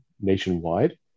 nationwide